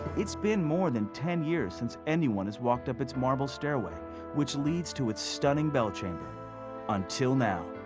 it's been more than ten years since anyone has walked up its marble stairway which leads to its stunning bell chamber until now.